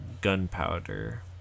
gunpowder